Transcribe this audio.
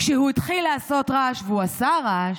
כשהוא התחיל לעשות רעש, והוא עשה רעש,